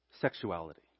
sexuality